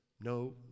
no